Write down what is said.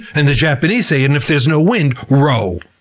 and the japanese say, and if there's no wind, row.